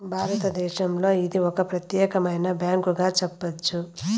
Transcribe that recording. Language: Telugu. భారతదేశంలో ఇది ఒక ప్రత్యేకమైన బ్యాంకుగా చెప్పొచ్చు